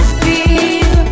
feel